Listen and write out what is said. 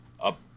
up